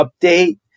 update